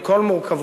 על כל מורכבויותיו,